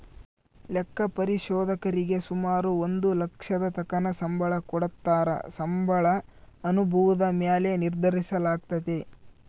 ಲೆಕ್ಕ ಪರಿಶೋಧಕರೀಗೆ ಸುಮಾರು ಒಂದು ಲಕ್ಷದತಕನ ಸಂಬಳ ಕೊಡತ್ತಾರ, ಸಂಬಳ ಅನುಭವುದ ಮ್ಯಾಲೆ ನಿರ್ಧರಿಸಲಾಗ್ತತೆ